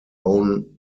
own